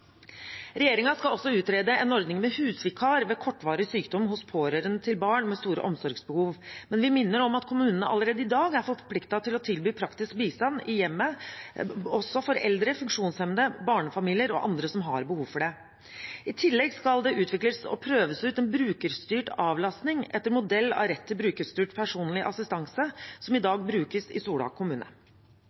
skal også utrede en ordning med husvikar ved kortvarig sykdom hos pårørende til barn med store omsorgsbehov. Men vi minner om at kommunene allerede i dag er forpliktet til å tilby praktisk bistand i hjemmet, også for eldre, funksjonshemmede, barnefamilier og andre som har behov for dette. I tillegg skal det utvikles og prøves ut en brukerstyrt avlastning etter modell av rett til brukerstyrt personlig assistanse, som i dag brukes i Sola kommune.